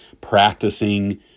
practicing